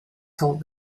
told